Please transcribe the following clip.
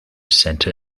center